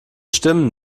stimmen